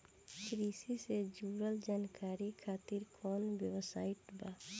कृषि से जुड़ल जानकारी खातिर कोवन वेबसाइट बा?